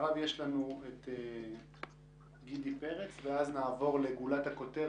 אחריו יש לנו את גידי פרץ ואז נעבור לגולת הכותרת,